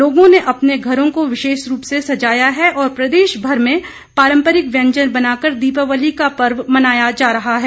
लोगों ने अपने घरों को विशेष रूप से सजाया है और प्रदेशभर में पारंपरिक व्यंजन बनाकर दीपावली का पर्व मनाया जा रहा है